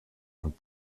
und